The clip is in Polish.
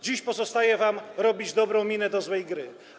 Dziś pozostaje wam robić dobrą minę do złej gry.